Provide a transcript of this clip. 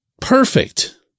perfect